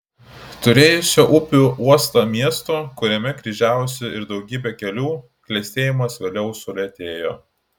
turėjusio upių uostą miesto kuriame kryžiavosi ir daugybė kelių klestėjimas vėliau sulėtėjo